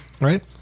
Right